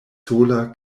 sola